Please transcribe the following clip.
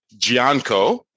Gianco